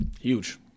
Huge